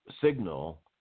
signal